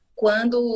quando